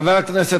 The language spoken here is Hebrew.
הכנסת